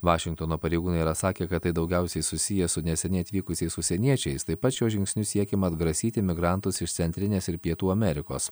vašingtono pareigūnai yra sakę kad tai daugiausiai susiję su neseniai atvykusiais užsieniečiais taip pat šiuo žingsniu siekiama atgrasyti migrantus iš centrinės ir pietų amerikos